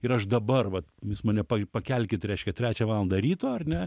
ir aš dabar vat jūs mane pakelkit reiškia trečią valandą ryto ar ne